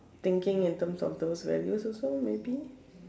thinking in terms of those values also maybe